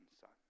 son